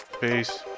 Peace